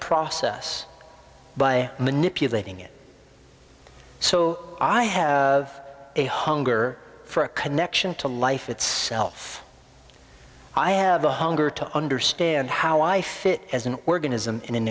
process by manipulating it so i have a hunger for a connection to life itself i have a hunger to understand how i fit as an organism in an